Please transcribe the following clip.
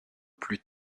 plus